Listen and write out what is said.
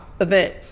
event